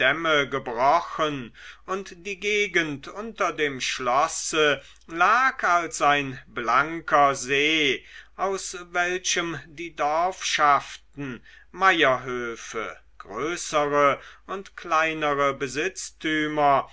gebrochen und die gegend unter dem schlosse lag als ein blanker see aus welchem die dorfschaften meierhöfe größere und kleinere besitztümer